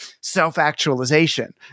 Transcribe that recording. self-actualization